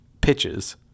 Pitches